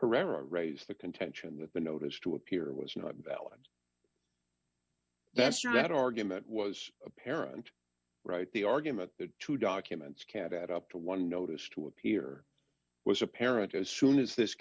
herrera raised the contention that the notice to appear was not valid that's true that argument was apparent right the argument that two documents can't add up to one notice to appear was apparent as soon as this